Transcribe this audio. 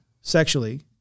sexually